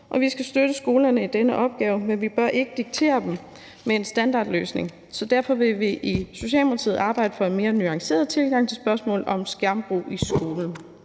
vi skal støtte skolerne i denne opgave, men vi bør ikke diktere dem en standardløsning. Derfor vil vi i Socialdemokratiet arbejde for en mere nuanceret tilgang til spørgsmål om skærmbrug i skolen.